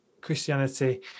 Christianity